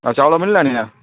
ଆଉ ଚାଉଳ ମିଳିଲାଣି ନା